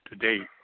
today